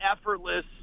effortless